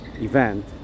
event